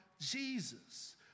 Jesus